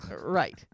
Right